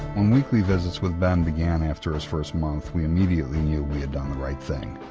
weekly visits with ben began after his first month, we immediately knew we had done the right thing.